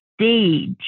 stage